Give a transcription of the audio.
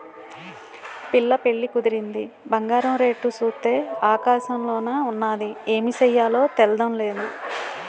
పిల్ల పెళ్లి కుదిరింది బంగారం రేటు సూత్తే ఆకాశంలోన ఉన్నాది ఏమి సెయ్యాలో తెల్డం నేదు